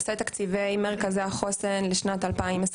למעשה תקציבי מרכזי החוסן לשנת 2023